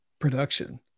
production